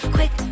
Quick